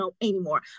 anymore